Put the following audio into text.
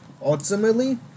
ultimately